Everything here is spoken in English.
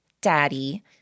Daddy